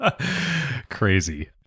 Crazy